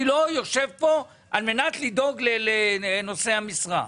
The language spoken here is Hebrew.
אני לא יושב פה על מנת לדאוג לנושאי המשרה,